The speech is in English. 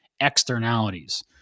externalities